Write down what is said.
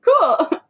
cool